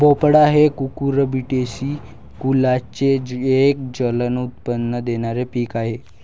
भोपळा हे कुकुरबिटेसी कुलाचे एक जलद उत्पन्न देणारे पीक आहे